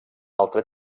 altre